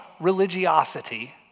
religiosity